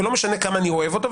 ולא משנה כמה אני אוהב אותו?